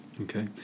Okay